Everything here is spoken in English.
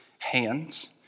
hands